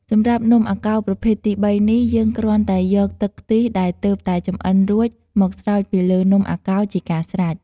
សម្រាប់នំំអាកោរប្រភេទទីបីនេះ យើងគ្រាន់តែយកទឹកខ្ទិះដែលទើបតែចម្អិនរួច មកស្រោចពីលើនំអាកោរជាការស្រេច។